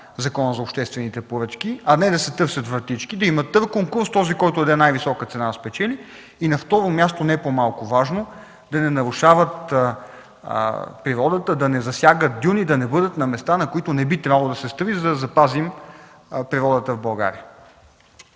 Закона за обществените поръчки, а не да се търсят вратички. Има търг, конкурс – да спечели този, който даде най-висока цена. На второ място, не по-малко важно, е да не нарушават природата, да не засягат дюни и да не бъдат на места, на които не би трябвало да се строи, за да се запази природата в България.